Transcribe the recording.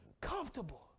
comfortable